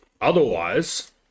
otherwise